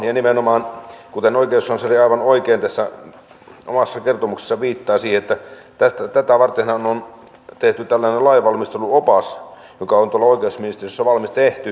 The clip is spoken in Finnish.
ja nimenomaan kuten oikeuskansleri aivan oikein tässä omassa kertomuksessaan viittaa tätähän varten on tehty tällainen lainvalmisteluopas joka on tuolla oikeusministeriössä tehty